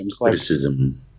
criticism